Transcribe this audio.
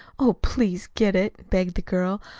oh, please get it, begged the girl.